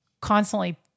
constantly